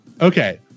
Okay